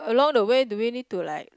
along the way do we need to like